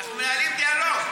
אנחנו מנהלים דיאלוג.